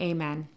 Amen